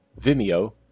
Vimeo